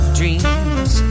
dreams